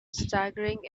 staggering